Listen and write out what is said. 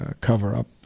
cover-up